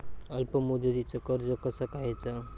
अल्प मुदतीचा कर्ज कसा घ्यायचा?